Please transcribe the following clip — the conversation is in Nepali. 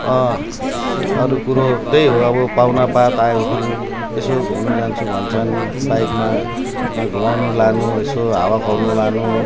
अरू कुरो त्यही हो अब पाउनापात आउँछन् यसो घुम्नु जान्छु भन्छन् बाइकमा घुमाउनु लानु यसो हावा खुवाउनु लानु